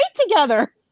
together